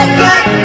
black